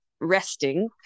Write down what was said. resting